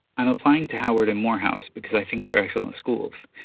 i'm applying to howard and morehouse because i think they're excellent schools.